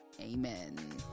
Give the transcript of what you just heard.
amen